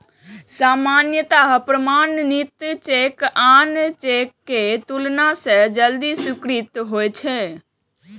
सामान्यतः प्रमाणित चेक आन चेक के तुलना मे जल्दी स्वीकृत होइ छै